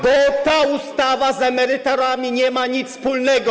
Bo ta ustawa z emeryturami nie ma nic wspólnego.